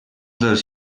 dels